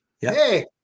Hey